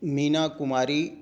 Meena Kumari